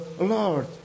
Lord